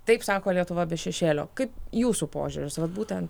taip sako lietuva be šešėlio kaip jūsų požiūris vat būtent